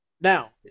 Now